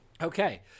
okay